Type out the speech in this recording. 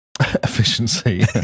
Efficiency